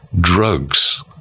drugs